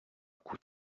coup